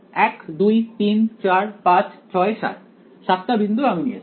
1 2 3 4 5 6 7 7 টা বিন্দু আমি নিয়েছি